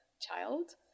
child